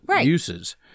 uses